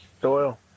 Doyle